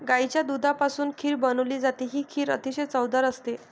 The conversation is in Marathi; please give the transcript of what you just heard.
गाईच्या दुधापासून खीर बनवली जाते, ही खीर अतिशय चवदार असते